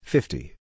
Fifty